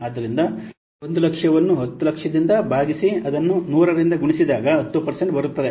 ಆದ್ದರಿಂದ 100000 ದಿಂದ 100000 ವನ್ನುಭಾಗಿಸಿ ಅದನ್ನು100ರಿಂದ ಗುಣಿಸಿದಾಗ 10 ಪರ್ಸೆಂಟ್ ಬರುತ್ತದೆ